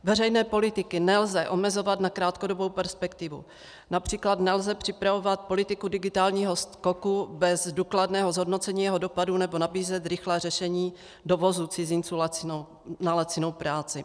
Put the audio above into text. Veřejné politiky nelze omezovat na krátkodobou perspektivu, např. nelze připravovat politiku digitálního skoku bez důkladného zhodnocení jeho dopadů nebo nabízet rychlé řešení dovozu cizinců na lacinou práci.